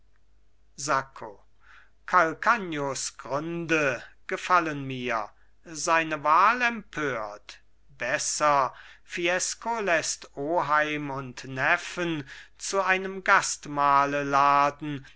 sacco calcagnos gründe gefallen mir seine wahl empört besser fiesco läßt oheim und neffen zu einem gastmahle laden